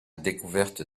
découverte